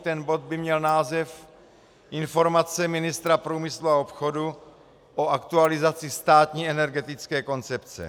Ten bod by měl název Informace ministra průmyslu a obchodu o aktualizaci státní energetické koncepce.